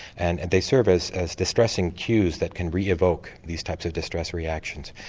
and and they serve as as distressing cues that can re-evoke these types of distress reactions.